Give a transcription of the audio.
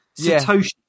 Satoshi